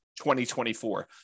2024